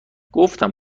گفتم